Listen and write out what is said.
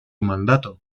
mandato